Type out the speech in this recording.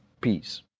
Peace